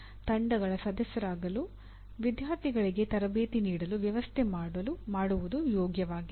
ತಂಡಗಳ ಸದಸ್ಯರಾಗಲು ವಿದ್ಯಾರ್ಥಿಗಳಿಗೆ ತರಬೇತಿ ನೀಡಲು ವ್ಯವಸ್ಥೆ ಮಾಡುವುದು ಯೋಗ್ಯವಾಗಿದೆ